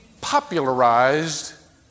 popularized